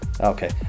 Okay